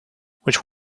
which